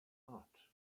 heart